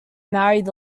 married